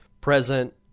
present